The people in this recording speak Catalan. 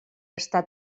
està